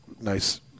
nice